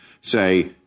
say